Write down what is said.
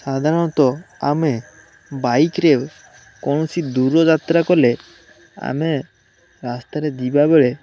ସାଧାରଣତଃ ଆମେ ବାଇକରେ କୌଣସି ଦୂର ଯାତ୍ରା କଲେ ଆମେ ରାସ୍ତାରେ ଯିବା ବେଳେ